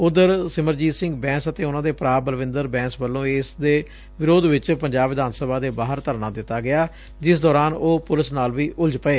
ਉਧਰ ਸਿਮਰਜੀਤ ਸਿੰਘ ਬੈਂਸ ਅਤੇ ਉਨੂਾਂ ਦੇ ਭਰਾ ਬਲਵਿੰਦਰ ਬੈਂਸ ਵੱਲੋਂ ਇਸ ਦੇ ਵਿਰੋਧ ਵਿਚ ਪੰਜਾਬ ਵਿਧਾਨ ਸਭਾ ਦੇ ਬਾਹਰ ਧਰਨਾ ਦਿੱਤਾ ਗਿਆ ਜਿਸ ਦੌਰਾਨ ਉਹ ਪੁਲਿਸ ਨਾਲ ਵੀ ਉਲਝ ਪਏ